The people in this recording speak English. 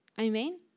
Amen